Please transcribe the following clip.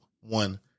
one